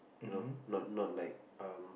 you know not not like um